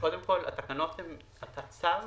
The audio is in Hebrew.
קודם כל, המועד של הצו